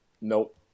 Nope